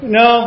no